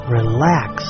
relax